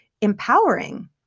empowering